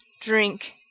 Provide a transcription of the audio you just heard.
Drink